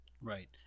Right